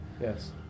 Yes